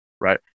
right